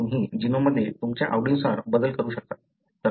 तुम्ही जीनोममध्ये तुमच्या आवडीनुसार बदल करू शकता